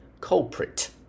Culprit